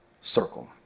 circle